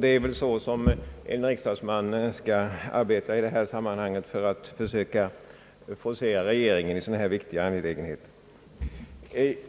Det är väl så som en riksdagsman skall arbeta för att söka forcera fram åtgärder av regeringen i sådana här viktiga angelägenheter.